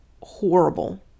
horrible